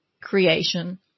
creation